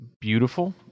beautiful